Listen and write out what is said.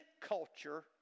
culture